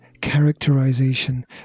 characterization